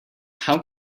how